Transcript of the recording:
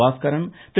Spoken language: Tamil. பாஸ்கரன் திரு